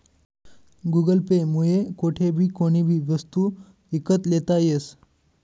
Google Pay मुये कोठेबी कोणीबी वस्तू ईकत लेता यस